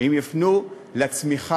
הם יופנו לצמיחה,